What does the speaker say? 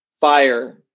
fire